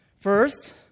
First